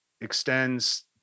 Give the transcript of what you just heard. extends